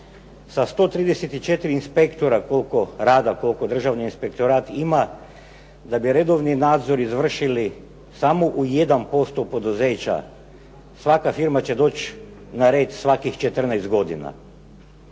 SA 134 inspektora rada koliko Državni inspektorat ima, da bi redovni nadzor izvršili samo u 1% poduzeća, svaka firma će doći na red svakih 14 godina,